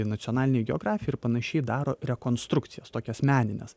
nacionalinėj geografijoj ir panašiai daro rekonstrukcijas tokias menines